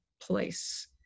place